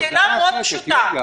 זו שאלה פשוטה מאוד.